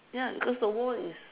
ya because the wall is